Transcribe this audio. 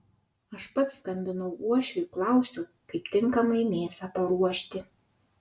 aš pats skambinau uošviui klausiau kaip tinkamai mėsą paruošti